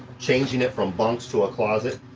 changing it from bunks to a closet.